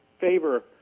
favor